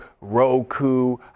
Roku